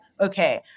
okay